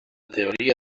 teoria